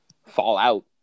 fallout